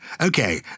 Okay